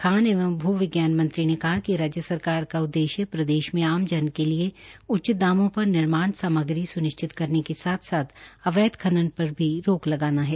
खान एवं भू विज्ञान मंत्री ने कहा कि राज्य सरकार का उददेश्य प्रदेश मे आमजन के लिए उचित दामों पर निर्माण सामग्री सुनिश्चित करने के साथ साथ अवैध खनन पर भी रोक लगाना है